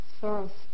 first